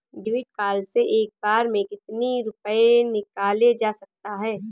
David card से एक बार में कितनी रूपए निकाले जा सकता है?